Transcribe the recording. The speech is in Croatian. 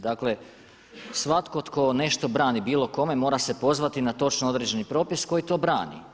Dakle, svatko tko nešto brani bilo kome mora se pozvati na točno određeni propis koji to brani.